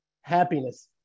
happiness